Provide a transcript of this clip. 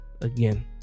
again